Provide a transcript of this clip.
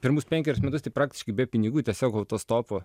pirmus penkerius metus tai praktiškai be pinigų tiesiog autostopu